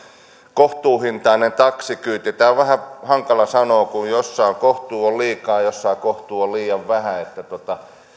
kohtuuhintainen taksikyyti tämä on vähän hankala sanoa kun jossain kohtuu on liikaa jossain kohtuu on liian vähän